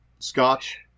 scotch